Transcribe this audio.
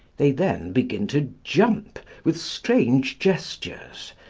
they then begin to jump with strange gestures,